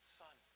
son